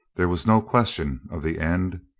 there was no question of the end.